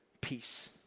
peace